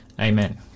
Amen